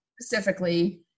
specifically